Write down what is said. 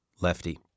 Lefty